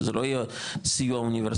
שזה לא יהיה סיוע אוניברסלי.